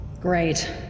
Great